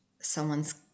someone's